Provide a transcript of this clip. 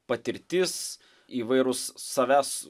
patirtis įvairūs savęs